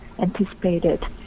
anticipated